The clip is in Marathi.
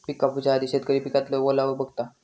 पिक कापूच्या आधी शेतकरी पिकातलो ओलावो बघता